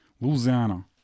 Louisiana